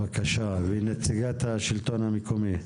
בבקשה נציגת השלטון המקומי.